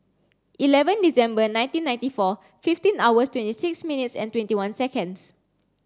eleven December nineteen ninety four fifteen hours twenty six minutes and twenty one seconds